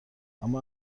اما